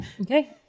Okay